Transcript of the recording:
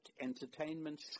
entertainment